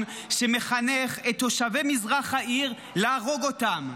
שמחנך את תושבי מזרח העיר להרוג אותם.